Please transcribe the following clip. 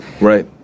Right